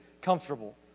comfortable